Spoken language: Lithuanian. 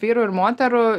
vyrų ir moterų